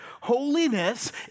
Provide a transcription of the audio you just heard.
holiness